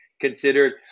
considered